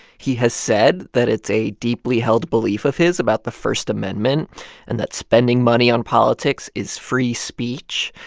he has said that it's a deeply held belief of his about the first amendment and that spending money on politics is free speech.